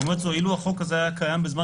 ואומר לעצמו שאילו החוק הזה היה קיים בזמן